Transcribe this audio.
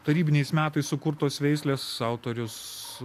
tarybiniais metais sukurtos veislės autorius